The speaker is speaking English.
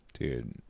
Dude